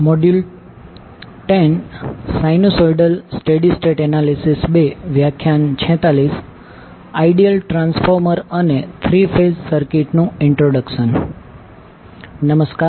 નમસ્કાર